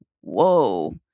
whoa